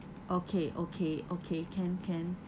okay okay okay can can